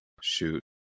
Shoot